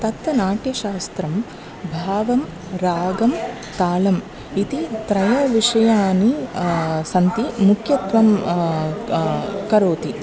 तत् नाट्यशास्त्रं भावं रागं तालम् इति त्रयविषयाणि सन्ति मुख्यत्वं क करोति